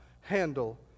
handle